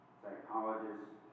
psychologists